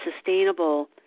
sustainable